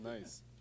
nice